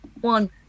One